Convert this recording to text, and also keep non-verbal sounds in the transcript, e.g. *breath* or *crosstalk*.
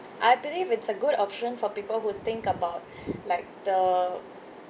I believe it's a good option for people who think about *breath* like the